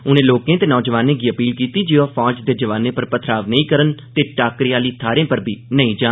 उनें लोकें ते नौजुआनें गी अपील कीतील जे ओह फौज दें जवानें पर पत्थराव नेई करन ते टाकरे आले थाहरें पर बी नेई जान